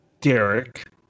Derek